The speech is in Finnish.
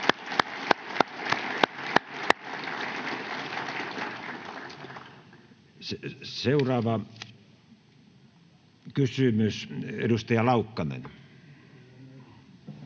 Seuraava kysymys, edustaja Laukkanen.